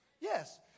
Yes